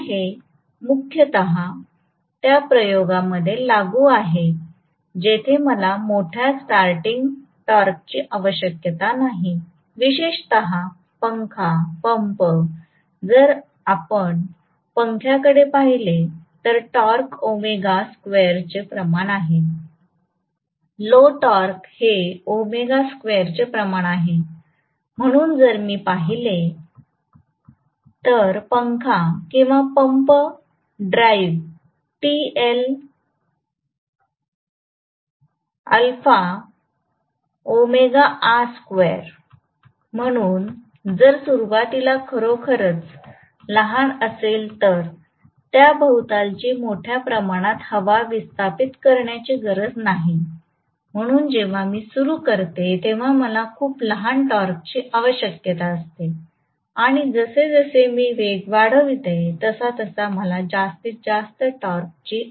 तर हे मुख्यतः त्या प्रयोगांमध्ये लागू आहेत जिथे मला मोठ्या स्टार्टिंग टॉर्कची आवश्यकता नाही विशेषत पंखा पंप जर आपण पंख्या कडे पाहिले तर टॉर्क ओमेगा स्क्वेअरचे प्रमाण आहे लो टॉर्क हे ओमेगा स्क्वेअरचे प्रमाण आहे म्हणून जर मी पाहिले तर पंखा किंवा पंप ड्राइव्ह म्हणूनच जर सुरुवातीला खरोखरच लहान असेल तर त्याभोवतालची मोठ्या प्रमाणात हवा विस्थापित करण्याची गरज नाही म्हणून जेव्हा मी सुरू करते तेव्हा मला खूप लहान टॉर्कची आवश्यकता असते आणि जसजसे मी वेग वाढविते तसतसे मला जास्तीत जास्त टॉर्कची आवश्यकता असते